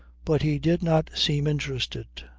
but he did not seem interested.